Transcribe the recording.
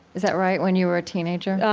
is that right? when you were a teenager?